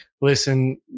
Listen